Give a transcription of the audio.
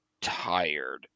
tired